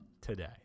today